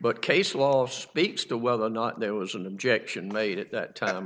but case law speaks to whether or not there was an objection made at that time